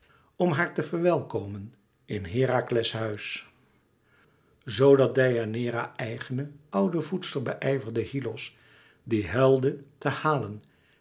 om haar te verwellekomen in herakles huis zoo dat deianeira's eigene oude voedster beijverde hyllos die nu huilde te halen